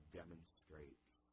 demonstrates